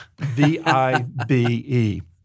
V-I-B-E